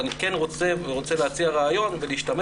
אבל אני כן רוצה להציע רעיון ולהשתמש